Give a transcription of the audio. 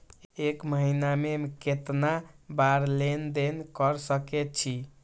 एक महीना में केतना बार लेन देन कर सके छी?